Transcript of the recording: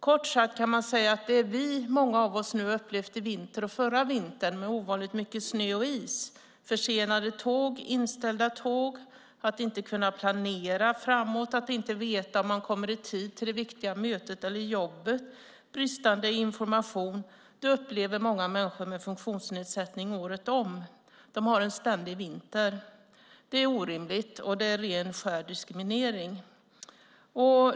Kort sagt kan man säga att det många av oss nu har upplevt i vinter och förra vintern med ovanligt mycket snö och is, försenade tåg, inställda tåg, att inte kunna planera framåt, att inte veta om man kommer i tid till det viktiga mötet eller jobbet och bristande information upplever många människor med funktionsnedsättning året om. De har en ständig vinter. Det är orimligt, och det är ren och skär diskriminering.